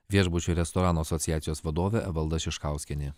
viešbučių ir restoranų asociacijos vadovė evalda šiškauskienė